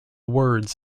words